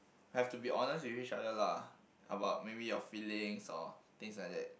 have to be honest with each other lah about maybe your feelings or things like that